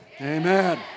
amen